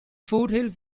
foothills